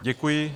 Děkuji.